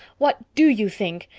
what do you think?